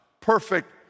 perfect